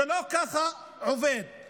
זה לא עובד ככה.